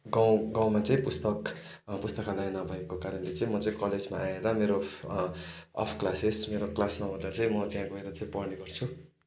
गाउँ गाउँमा चाहिँ पुस्तक पुस्तकालय नभएको कारणले चाहिँ म चाहिँ कलेजमा आएर मेरो अफ क्लासेस मेरो क्लास नहुँदा चाहिँ म त्यहाँ गएर चाहिँ पढ्ने गर्छु